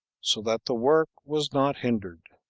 so that the work was not hindered.